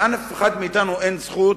לאף אחד מאתנו אין זכות,